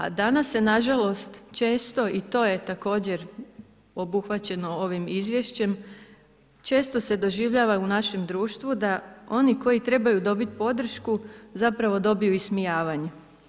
A danas se nažalost često i to je također obuhvaćeno ovim izvješćem često se doživljava u našem društvu da oni koji trebaju dobiti podršku zapravo dobiju ismijavanje.